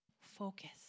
Focus